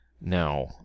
Now